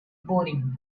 boring